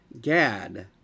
Gad